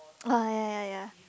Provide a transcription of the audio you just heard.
uh ya ya ya